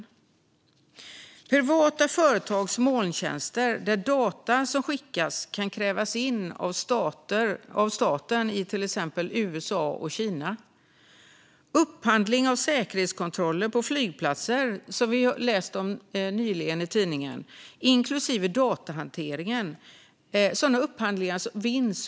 Det handlar om privata företags molntjänster, där data som skickas kan krävas in av staten i till exempel USA och Kina. Upphandlingar av säkerhetskontroller på flygplatser, som vi har läst om nyligen i tidningar, inklusive datahanteringen vinns av utländska bolag.